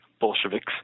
Bolsheviks